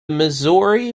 missouri